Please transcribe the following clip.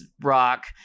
rock